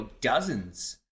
dozens